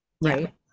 right